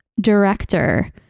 director